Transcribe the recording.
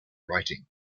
writing